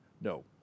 No